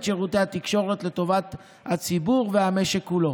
שירותי התקשורת לטובת הציבור והמשק כולו.